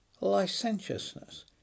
licentiousness